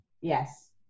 Yes